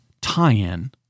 tie-in